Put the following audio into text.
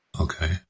Okay